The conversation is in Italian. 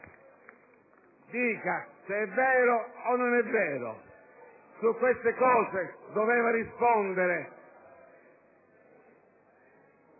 dica se è vero o non è vero. Su queste cose doveva rispondere,